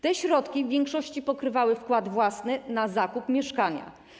Te środki w większości pokrywały wkład własny na zakup mieszkania.